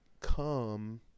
come